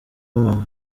aba